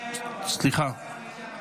סליחה.